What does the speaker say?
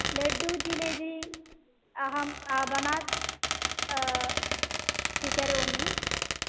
लड्डुकः जिलेबि अहम् आपणात् स्वीकरोमि